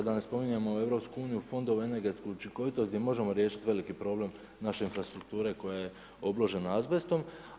Da ne spominjemo Europsku uniju, fondove, energetsku učinkovitost gdje možemo riješiti veliki problem naše infrastrukture koja je obložena azbestom.